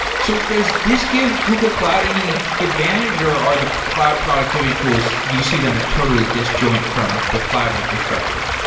so does this give google cloud any advantage or are the cloud productivity tools, do you see them as totally disjoint from the cloud infrastructure?